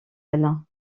elle